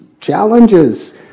challenges